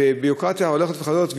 וזו ביורוקרטיה הולכת וחוזרת,